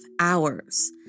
hours